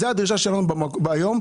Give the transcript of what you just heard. זאת הדרישה שלנו היום,